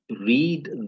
read